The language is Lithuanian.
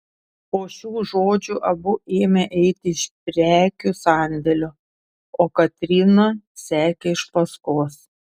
po šių žodžių abu ėmė eiti iš prekių sandėlio o katryna sekė iš paskos